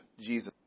Jesus